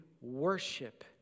worship